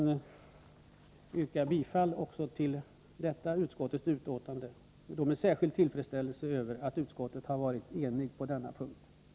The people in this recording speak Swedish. Jag yrkar bifall till utskottets hemställan, och jag vill uttala en särskild tillfredsställelse över att utskottet har varit enigt på den sist nämnda punkten.